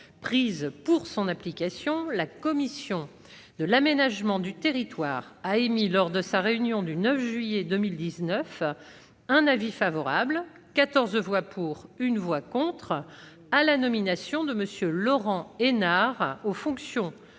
prises pour son application, la commission de l'aménagement du territoire a émis, lors de sa réunion du 9 juillet 2019, un avis favorable- 14 voix pour, 1 voix contre -à la nomination de M. Laurent Hénart aux fonctions